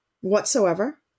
whatsoever